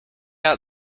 out